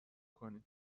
کنید